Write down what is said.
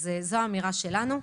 זו האמירה שלנו.